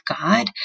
God